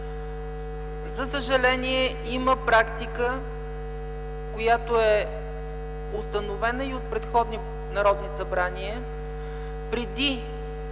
За съжаление има практика, която е установена и от предходни народни събрания – преди